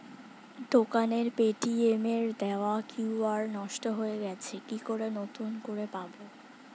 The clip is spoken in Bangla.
দোকানের পেটিএম এর দেওয়া কিউ.আর নষ্ট হয়ে গেছে কি করে নতুন করে পাবো?